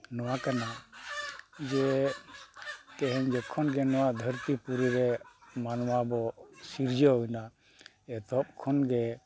ᱱᱚᱣᱟ ᱠᱟᱱᱟ ᱡᱮ ᱛᱮᱦᱮᱧ ᱡᱚᱠᱷᱚᱱ ᱜᱮ ᱱᱚᱣᱟ ᱫᱷᱟᱹᱨᱛᱤ ᱯᱩᱨᱤ ᱨᱮ ᱢᱟᱱᱚᱣᱟ ᱵᱚ ᱥᱤᱨᱡᱟᱹᱣ ᱮᱱᱟ ᱮᱛᱚᱦᱚᱵ ᱠᱷᱚᱱ ᱜᱮ